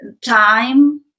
time